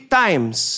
times